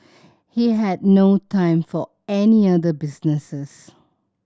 he had no time for any other businesses